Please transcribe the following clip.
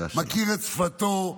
מכיר את שפתו,